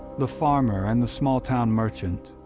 the farmer and the small-town merchant,